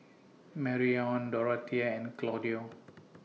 Marrion Dorathea and Claudio